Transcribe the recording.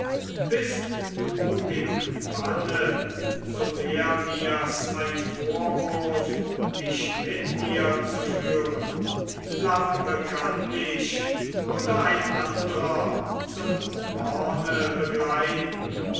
bist du im banne so wär mirs ein vorwurf dich mit mir zu führen lampe kann mich oder ein andrer zum borne begleiten